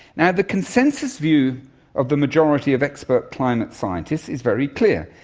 and the consensus view of the majority of expert climate scientists is very clear,